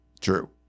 True